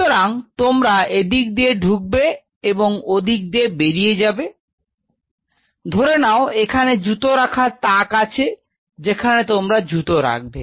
সুতরাং তোমরা এদিক থেকে ঢুকবে এবং ওদিক থেকে বেরিয়ে যাবে ধরে নাও এখানে জুতো রাখার তাক রয়েছে যেখানে তোমরা জুতো রাখবে